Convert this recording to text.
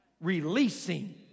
releasing